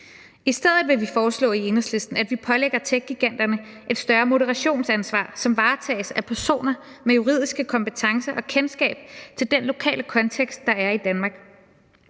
I stedet vil vi i Enhedslisten foreslå, at vi pålægger techgiganterne et større moderationsansvar, som varetages af personer med juridiske kompetencer og kendskab til den lokale kontekst, der er i Danmark.